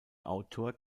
autor